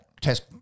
test